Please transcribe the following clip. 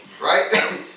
Right